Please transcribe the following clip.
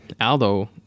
Aldo